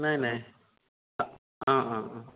নাই নাই অ অ অ